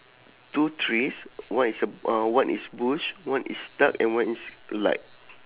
two trees one is a uh one is bush one is dark and one is light